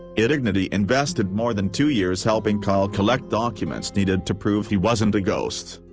idignity invested more than two years helping kyle collect documents needed to prove he wasn't a ghost.